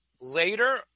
later